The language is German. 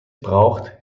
braucht